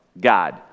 God